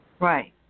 Right